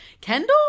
Kendall